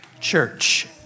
church